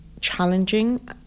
challenging